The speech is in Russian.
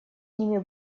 ними